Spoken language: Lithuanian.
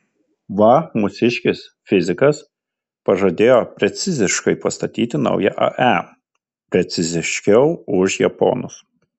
va mūsiškis fizikas pažadėjo preciziškai pastatyti naują ae preciziškiau už japonus